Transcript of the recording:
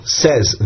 says